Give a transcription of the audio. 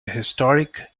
historic